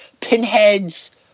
pinheads